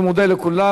אני מודה לכולם.